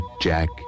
Jack